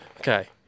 Okay